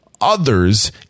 others